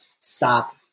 stop